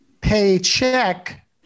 paycheck